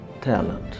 talent